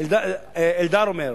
אלדר אומר: